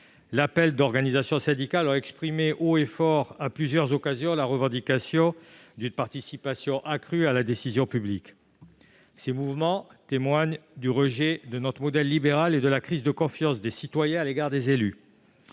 appels d'organisations syndicales ont exprimé haut et fort, à plusieurs occasions, la revendication d'une participation accrue à la décision publique. Ces mouvements témoignent du rejet de notre modèle libéral et de la crise de confiance des citoyens à l'égard des élus.